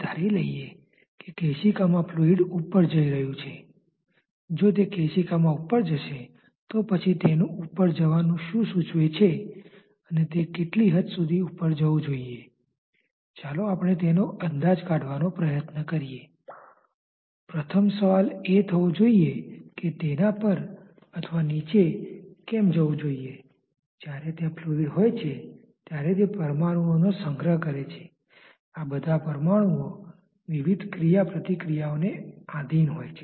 આ પ્રવાહી પ્લેટ ઊપર પડી રહ્યુ છે પ્લેટની સ્નિગ્ધતા એટલે કે પ્રવાહીની સ્નિગ્ધતા ને કારણે એકબીજા પર સ્નિગ્ધ ક્રિયા પ્રતિક્રિયાઓ થાય છે